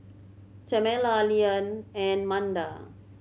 Tamela Lilyan and Manda